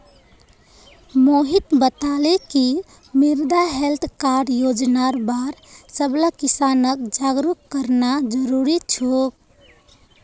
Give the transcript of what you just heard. मोहित बताले कि मृदा हैल्थ कार्ड योजनार बार सबला किसानक जागरूक करना जरूरी छोक